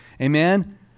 Amen